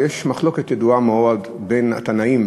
ויש מחלוקת ידועה מאוד בין התנאים,